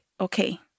okay